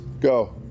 Go